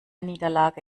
niederlage